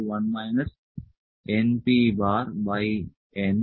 L np znpN U